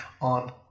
on